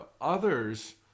others